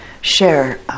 share